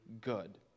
good